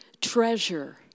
treasure